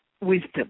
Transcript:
wisdom